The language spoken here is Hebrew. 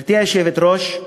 גברתי היושבת-ראש,